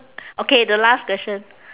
okay the last question